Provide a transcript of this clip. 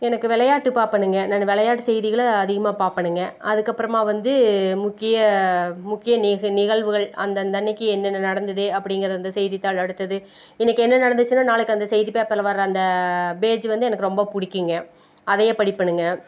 எனக்கு விளையாட்டு பார்ப்பணுங்க நானு விளையாட்டு செய்திகளை அதிகமாக பார்ப்பணுங்க அதுக்கப்புறமாக வந்து முக்கிய முக்கிய நிக நிகழ்வுகள் அந்தந்த அன்றைக்கு என்னென்ன நடந்தது அப்படிங்குறது அந்த செய்தித்தாள் அடுத்தது இன்றைக்கு என்ன நடந்துச்சுனால் நாளைக்கு அந்த செய்தி பேப்பரில் வர்ற அந்த பேஜு வந்து எனக்கு ரொம்ப பிடிக்குங்க அதையே படிப்பணுங்க